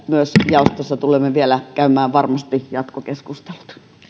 myös jaostossa tulemme vielä käymään jatkokeskustelut